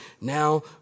Now